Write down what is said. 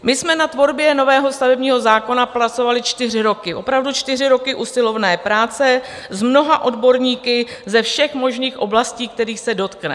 My jsme na tvorbě nového stavebního zákona pracovali čtyři roky, opravdu čtyři roky usilovné práce s mnoha odborníky ze všech možných oblastí, kterých se dotkne.